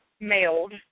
mailed